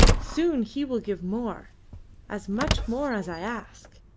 soon he will give more as much more as i ask.